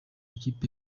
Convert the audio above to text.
ikipe